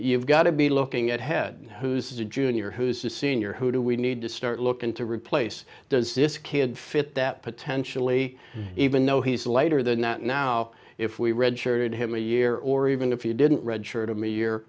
you've got to be looking at head who's a junior who's the senior who we need to start looking to replace does this kid fit that potentially even though he's lighter than that now if we redshirted him a year or even if you didn't read s